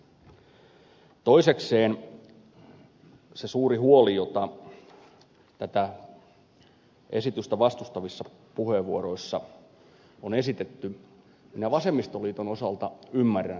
toisekseen sen suuren huolen mitä tätä esitystä vastustavissa puheenvuoroissa on esitetty minä vasemmistoliiton osalta ymmärrän